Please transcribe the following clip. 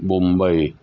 Mumbai